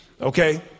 Okay